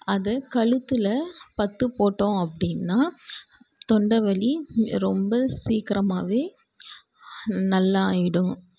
அதை கழுத்தில் பற்று போட்டோம் அப்படின்னா தொண்டை வலி ரொம்ப சீக்கிரமாகவே நல்லா ஆகிடும்